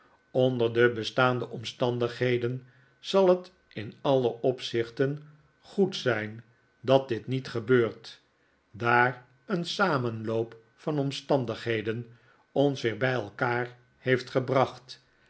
onder de bestaande omstandigheden zal het in alle o'pzichten goed zijn dat dit niet gebeurt daar een samenloop van omstandigheden ons weer bij elkaar heeft gebracht